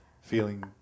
feeling